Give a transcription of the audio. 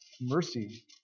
mercy